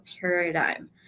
paradigm